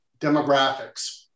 demographics